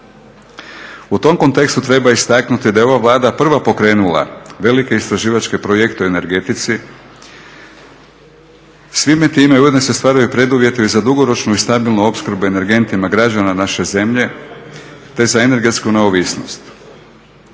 U tom kontekstu treba istaknuti da je ova Vlada prva pokrenula velike istraživačke projekte u energetici. Svime time ujedno se ostvaruju preduvjeti za dugoročnu i stabilnu opskrbu energentima građana naše zemlje te za energetsku neovisnost.